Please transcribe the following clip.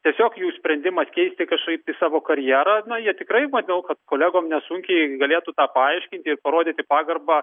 tiesiog jų sprendimas keisti kažkaip tai savo karjerąna jie tikrai manau kad kolegom nesunkiai galėtų tą paaiškinti parodyti pagarbą